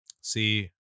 see